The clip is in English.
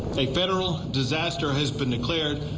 a federal disaster has been declared.